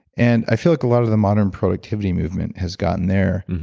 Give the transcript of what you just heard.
and i feel like a lot of the modern productivity movement has gotten there,